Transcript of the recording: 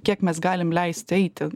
kiek mes galim leist eiti